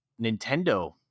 Nintendo